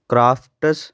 crafts